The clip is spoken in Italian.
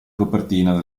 copertina